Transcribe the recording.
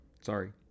Sorry